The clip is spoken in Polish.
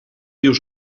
już